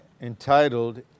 Entitled